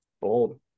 Bold